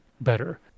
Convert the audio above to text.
better